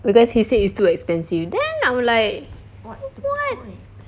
because he said it is too expensive then I'm like what